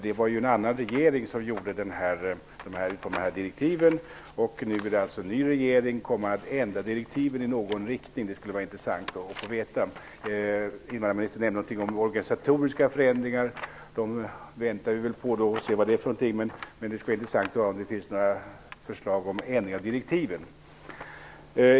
Det var ju en annan regering som utfärdade direktiven, och nu är alltså frågan om den nya regeringen kommer att ändra direktiven i någon riktning. Invandrarministern nämnde någonting om organisatoriska förändringar. Dem väntar vi väl på och ser vad det är för någonting, men det skulle vara intressant att få höra om det finns förslag till ändring av direktiven.